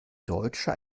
deutscher